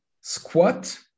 squat